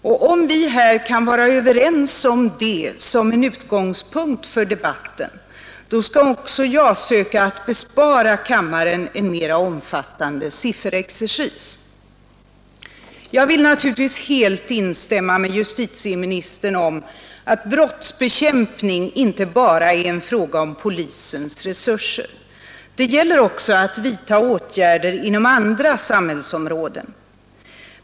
Om vi här kan vara överens om det som en utgångspunkt för debatten, skall också jag söka bespara kammaren en mera omfattande sifferexercis. Jag vill naturligtvis helt instämma i justitieministerns uttalande att brottsbekämpning inte bara är en fråga om polisens resurser. Det gäller också att vidta åtgärder inom andra samhällsområden.